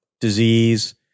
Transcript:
disease